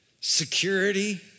security